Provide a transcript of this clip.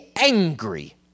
angry